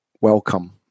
welcome